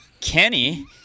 Kenny